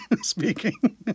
speaking